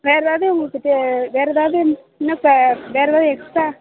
வேறு ஏதாவது உங்கக்கிட்ட வேறு ஏதாவது இன்னும் ஸ வேறு ஏதாவது எக்ஸ்ட்ரா